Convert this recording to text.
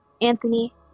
Anthony